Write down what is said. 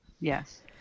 Yes